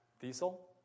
diesel